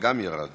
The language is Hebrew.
להצעת